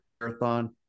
Marathon